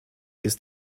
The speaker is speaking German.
ist